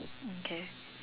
okay